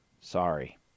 Sorry